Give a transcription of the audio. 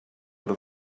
per